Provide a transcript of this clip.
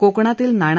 कोकणातील नाणार